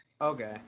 Okay